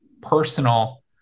personal